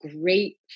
great